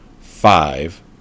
five